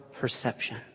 perception